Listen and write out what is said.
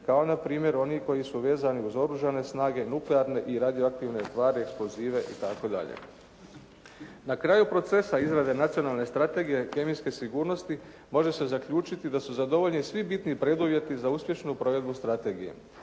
kao npr. oni koji su vezani uz oružane snage, nuklearne i radioaktivne tvari, eksplozive itd. Na kraju procesa izrade Nacionalne strategije kemijske sigurnosti može se zaključiti da su zadovoljeni svi bitni preduvjeti za uspješnu provedbu strategije.